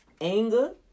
Anger